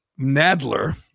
Nadler